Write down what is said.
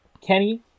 kenny